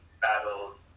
battles